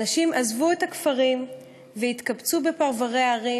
אנשים עזבו את הכפרים והתקבצו בפרוורי הערים,